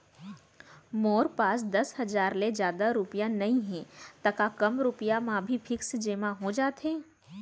मोर पास दस हजार ले जादा रुपिया नइहे त का कम रुपिया म भी फिक्स जेमा हो जाथे?